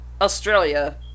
Australia